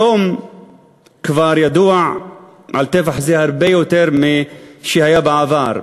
היום כבר ידוע על טבח זה הרבה יותר משהיה בעבר,